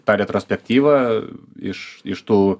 tą retrospektyvą iš iš tų